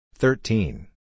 Thirteen